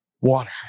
Water